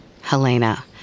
Helena